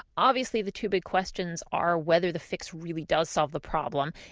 obviously the two big questions are whether the fix really does solve the problem,